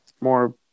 more